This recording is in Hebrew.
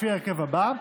לפי ההרכב הבא: